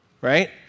right